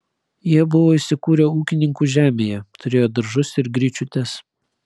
jie buvo įsikūrę ūkininkų žemėje turėjo daržus ir gryčiutes